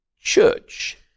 church